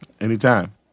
Anytime